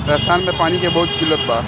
राजस्थान में पानी के बहुत किल्लत बा